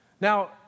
Now